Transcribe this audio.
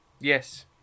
Yes